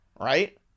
right